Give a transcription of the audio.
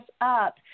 up